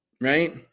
Right